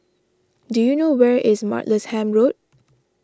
do you know where is Martlesham Road